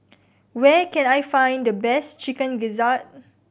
where can I find the best Chicken Gizzard